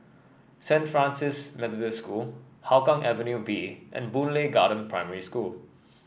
Saint Francis Methodist School Hougang Avenue B and Boon Lay Garden Primary School